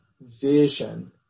vision